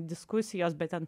diskusijos bet ten